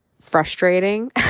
frustrating